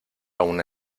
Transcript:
una